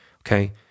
Okay